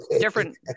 different